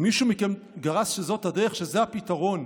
אם מישהו מכם גרס שזאת הדרך, שזה הפתרון,